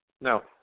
no